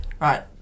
Right